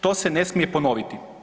To se ne smije ponoviti.